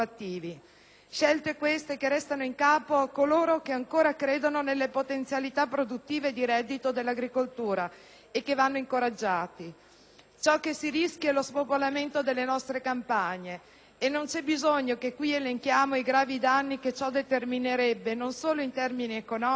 innovativi, restano in capo a coloro che ancora credono nelle potenzialità produttive di reddito dell'agricoltura e vanno quindi incoraggiati. Ciò che si rischia è lo spopolamento delle nostre campagne e non c'è bisogno che qui elenchiamo i grandi danni che questo determinerebbe, non solo in termini economici,